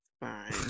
Fine